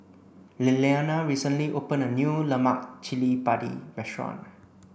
Lilliana recently opened a new Lemak Cili Padi restaurant